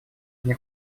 мне